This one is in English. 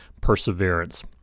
perseverance